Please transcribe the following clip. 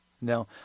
no